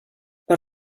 per